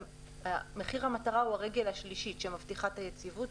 ומחיר המטרה הוא הרגל השלישית שמבטיחה את היציבות,